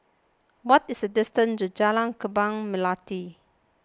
what is the distance to Jalan Kembang Melati